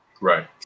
Right